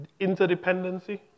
interdependency